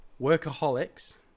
Workaholics